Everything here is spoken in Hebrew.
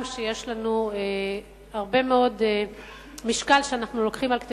גם כשיש לנו הרבה מאוד משקל שאנחנו לוקחים על כתפינו,